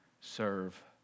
serve